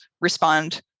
respond